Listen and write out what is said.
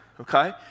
Okay